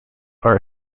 are